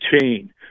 chain